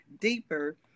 deeper